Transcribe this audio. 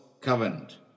covenant